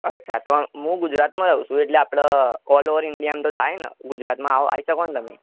અચ્છા તો મુ ગુજરાતમાં રહું છું આપણે ઓલ ઓવર ઈન્ડિયામા થાય ને ગુજરાતમાં આવી શકો ને તમે